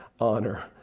honor